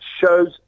shows